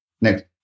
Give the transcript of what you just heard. Next